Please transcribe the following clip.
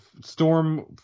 storm